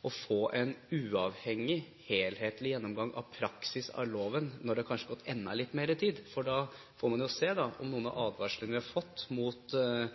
å få en uavhengig, helhetlig gjennomgang av praksis av loven når det kanskje har gått enda litt mer tid, for å se om noen av de advarslene vi har fått om